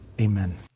amen